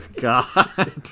God